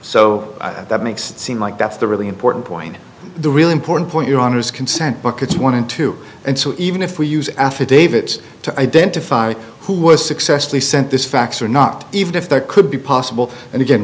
so that makes it seem like that's the really important point the really important point your honour's consent buckets one and two and so even if we use affidavit to identify who was successfully sent this facts are not even if there could be possible and again